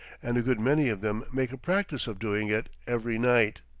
and a good many of them, make a practice of doing it every night.